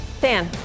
Dan